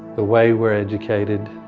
the way we are educated,